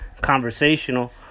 conversational